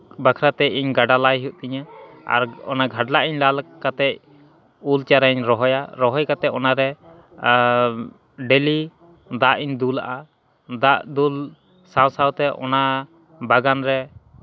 ᱵᱟᱠᱷᱨᱟᱛᱮ ᱤᱧ ᱜᱟᱰᱟ ᱞᱟᱹᱭ ᱦᱩᱭᱩᱜ ᱛᱤᱧᱟᱹ ᱟᱨ ᱚᱱᱟ ᱜᱷᱟᱰᱞᱟᱜ ᱤᱧ ᱞᱟᱝ ᱠᱟᱛᱮᱫ ᱩᱞ ᱪᱟᱨᱟᱧ ᱨᱚᱦᱚᱭᱟ ᱨᱚᱦᱚᱭ ᱠᱟᱛᱮᱫ ᱚᱱᱟᱨᱮ ᱰᱮᱞᱤ ᱫᱟᱜ ᱤᱧ ᱫᱩᱞ ᱟᱜᱼᱟ ᱫᱟᱜ ᱫᱩᱞ ᱥᱟᱶ ᱥᱟᱶᱛᱮ ᱚᱱᱟ ᱵᱟᱜᱟᱱ ᱨᱮ